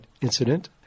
incident